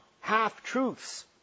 half-truths